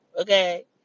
okay